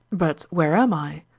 but where am i?